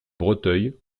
breteuil